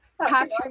Patrick